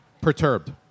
perturbed